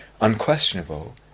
unquestionable